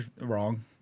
Wrong